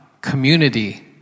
community